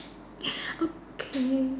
okay